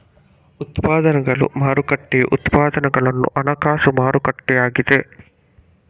ಉತ್ಪನ್ನಗಳ ಮಾರುಕಟ್ಟೆಯು ಉತ್ಪನ್ನಗಳ ಹಣಕಾಸು ಮಾರುಕಟ್ಟೆಯಾಗಿದೆ